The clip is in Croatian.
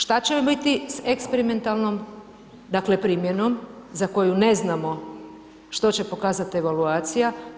Šta će biti s eksperimentalnom dakle primjenom za koju ne znamo što će pokazati evaluacija?